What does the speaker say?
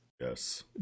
yes